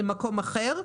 למקום אחר.